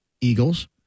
Eagles